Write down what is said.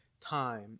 time